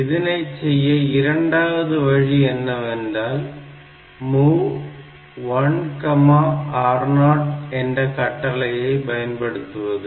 இதனைச் செய்ய இரண்டாவது வழி என்னவென்றால் MOV 1 R0 என்ற கட்டளையை பயன்படுத்துவது